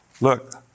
Look